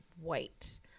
white